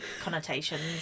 connotations